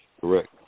Correct